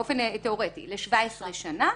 באופן תאורטי ל-17 שנה,